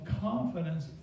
confidence